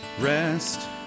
rest